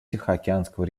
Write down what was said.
тихоокеанского